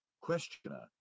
Questioner